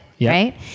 right